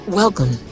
welcome